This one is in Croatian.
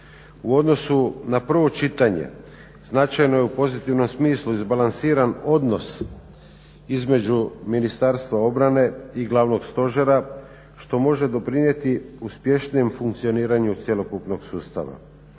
U odnosu na prvo čitanje značajno je u pozitivnom smislu izbalansiran odnos između Ministarstva obrane i Glavnog stožera što može doprinijeti uspješnijem funkcioniranju cjelokupnog sustava.